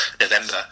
November